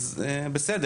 אז בסדר.